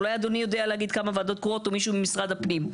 אולי אדוני יודע להגיד כמה ועדות קרואות או מישהו ממשרד הפנים.